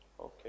okay